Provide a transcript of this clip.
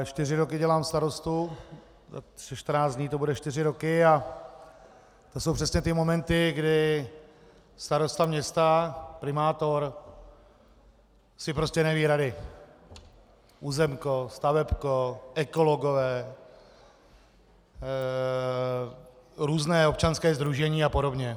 Čtyři roky dělám starostu, za 14 dní to bude čtyři roky, a to jsou přesně ty momenty, kdy starosta města, primátor si prostě neví rady územko, stavebko, ekologové, různá občanská sdružení a podobně.